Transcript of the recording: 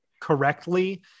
correctly